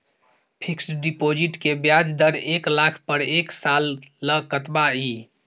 Fixed deposit के ब्याज दर एक लाख पर एक साल ल कतबा इ?